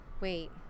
wait